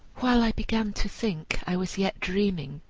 while i began to think i was yet dreaming,